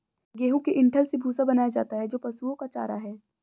गेहूं के डंठल से भूसा बनाया जाता है जो पशुओं का चारा है